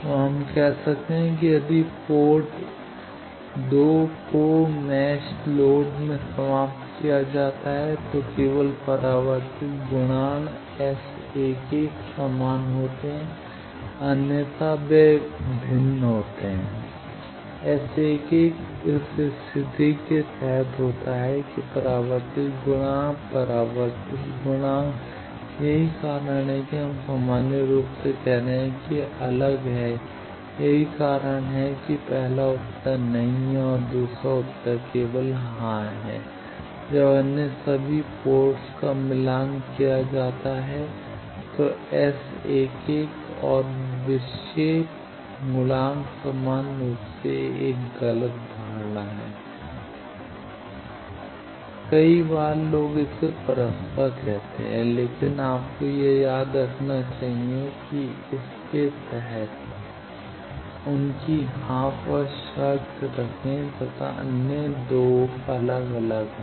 तो हम कह सकते हैं कि यदि पोर्ट 2 को मैच लोड में समाप्त किया जाता है तो केवल परावर्तित गुणांक S11 समान होते हैं अन्यथा वे भिन्न होते हैं S11 इस स्थिति के तहत होता है परावर्तित गुणांक परावर्तित गुणांक यही कारण है कि हम सामान्य रूप से कह रहे हैं कि अलग है यही कारण है कि पहला उत्तर नहीं है और दूसरा उत्तर केवल हां है जब अन्य सभी पोर्ट्स का मिलान किया जाता है तो S11 और विक्षेप गुणांक समान रूप से एक गलत धारणा है कई बार लोग इसे परस्पर कहते हैं लेकिन आपको यह याद रखना चाहिए कि इसके तहत उनकी हाँ पर शर्त रखें अन्यथा वे 2 अलग अलग हैं